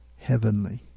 Heavenly